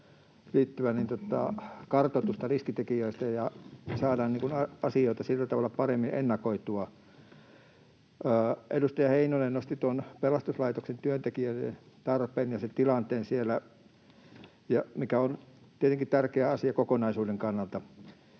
liittyvää kartoitusta riskitekijöistä ja saadaan asioita sillä tavalla paremmin ennakoitua. Edustaja Heinonen nosti pelastuslaitoksen työntekijöiden tarpeen ja sen tilanteen siellä, mikä on tietenkin tärkeä asia kokonaisuuden kannalta.